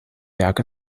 werk